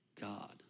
God